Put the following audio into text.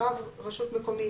רב רשות מקומית,